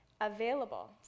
available